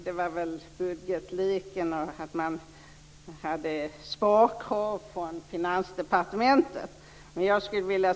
Det var väl budgetleken och sparkrav från Finansdepartementet som var anledningen.